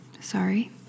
sorry